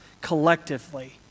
collectively